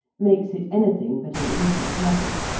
makes it anything but an easy target.